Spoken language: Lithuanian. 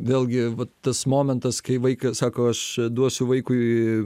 vėlgi vat tas momentas kai vaikas sako aš duosiu vaikui